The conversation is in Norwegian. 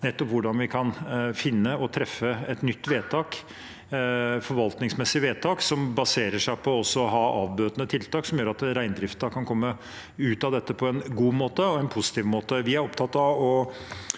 nettopp hvordan vi kan finne og treffe et nytt vedtak, et forvaltningsmessig vedtak som baserer seg på å ha også avbøtende tiltak som gjør at reindriften kan komme ut av dette på en god og en positiv måte.